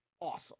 awesome